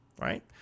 Right